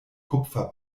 kupfer